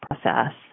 process